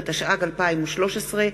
התשע"ג 2013,